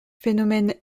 phénomène